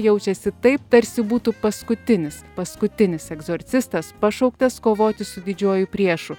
jaučiasi taip tarsi būtų paskutinis paskutinis egzorcistas pašauktas kovoti su didžiuoju priešu